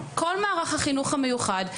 כל מערך החינוך המיוחד.